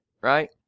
right